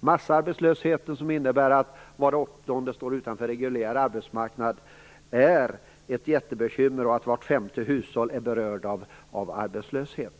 Massarbetslösheten, som innebär att var åttonde står utanför reguljär arbetsmarknad, är ett jättebekymmer. Vart femte hushåll är berört av arbetslöshet.